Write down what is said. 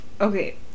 okay